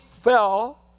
fell